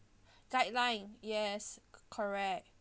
guideline yes co~ correct